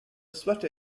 sweater